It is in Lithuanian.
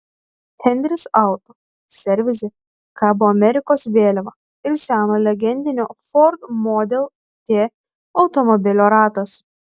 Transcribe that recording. henris auto servise kabo amerikos vėliava ir seno legendinio ford model t automobilio ratas